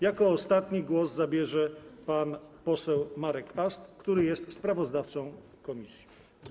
Jako ostatni głos zabierze pan poseł Marek Ast, który jest sprawozdawcą komisji.